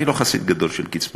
אני לא חסיד גדול של קצבאות.